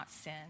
sin